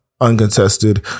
uncontested